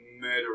murder